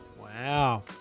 Wow